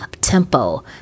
Tempo